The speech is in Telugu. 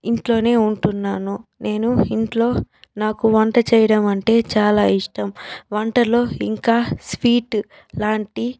ఇంట్లోనే ఉంటున్నాను నేను ఇంట్లో నాకు వంట చేయడం అంటే చాలా ఇష్టం వంటల్లో ఇంకా స్వీట్ లాంటి